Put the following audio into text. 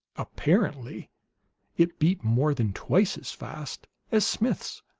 apparently it beat more than twice as fast as smith's.